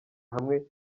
hamwe